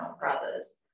brothers